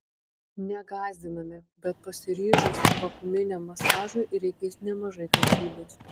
negąsdiname bet pasiryžus vakuuminiam masažui reikės nemažai kantrybės